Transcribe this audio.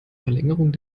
verlängerung